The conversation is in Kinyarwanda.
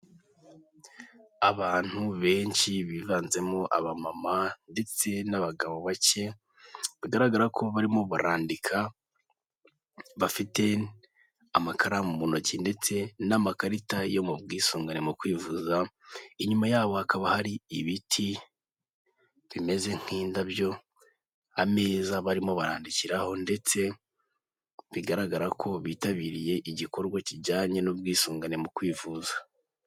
Abantu benshi bivanzemo abamama ndetse n'abagabo bake, bigaragara ko barimo barandika, bafite amakaramu mu ntoki ndetse n'amakarita yo mu bwisungane mu kwivuza, inyuma yabo hakaba hari ibiti bimeze nk'indabyo, ameza barimo barandikiraho ndetse bigaragara ko bitabiriye igikorwa kijyanye n'ubwisungane mu kwivuza.